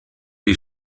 die